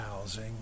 housing